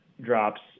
drops